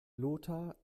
lothar